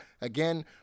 again